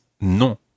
non